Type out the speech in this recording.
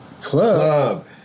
Club